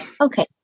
okay